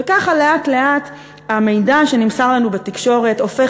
וככה לאט-לאט המידע שנמסר לנו בתקשורת הופך